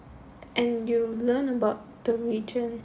and you learn about the region